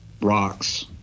rocks